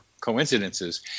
coincidences